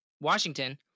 Washington